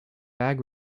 bag